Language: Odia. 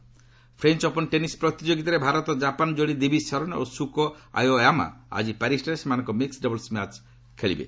French Open French Open tennis ପ୍ରତିଯୋଗିତାରେ ଭାରତ ଜାପାନ ଯୋଡ଼ି ଦ୍ୱିବିଜ୍ ଶରଣ ଓ ସୁକୋ ଆଓୟାମା ଆଜି ପ୍ୟାରିସ୍ଠାରେ ସେମାନଙ୍କର ମିକ୍କ ଡବଲସ ମ୍ୟାଚ୍ ଖେଳିବେ